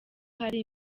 hari